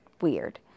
weird